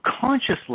consciously